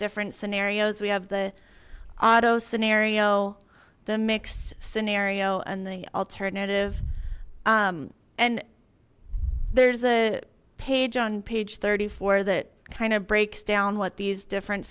different scenarios we have the auto scenario the mixed scenario and the alternative and there's a page on page thirty four that kind of breaks down what these different